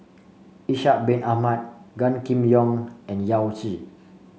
Ishak Bin Ahmad Gan Kim Yong and Yao Zi